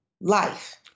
life